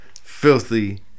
filthy